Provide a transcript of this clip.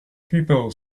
people